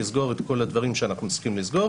הם יסגרו